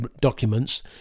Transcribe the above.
documents